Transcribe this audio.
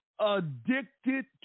addicted